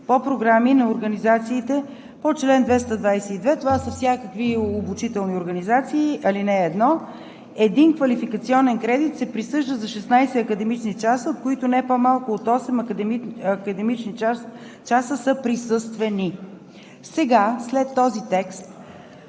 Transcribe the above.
по програми на организациите по чл. 222, ал. 1. – Това са всякакви обучителни организации. – Един квалификационен кредит се присъжда за 16 академични часа, от които не по-малко от осем академични часа са присъствени.“ Сега след този текст